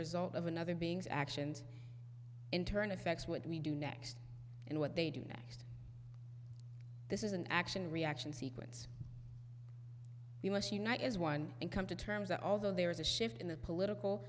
result of another being's actions in turn affects what we do next and what they do next this is an action reaction sequence we must unite as one and come to terms that although there is a shift in the political